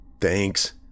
Thanks